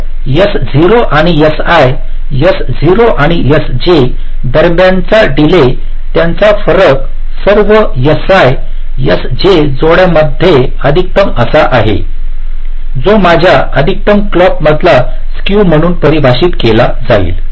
तर S0 आणि Si S0 आणि Sj दरम्यानचा डीले त्यांचा फरक सर्व Si Sj जोड्यांमध्ये अधिकतम असा आहे जो माझ्या अधिकतम क्लॉक मधील स्केव म्हणून परिभाषित केला जाईल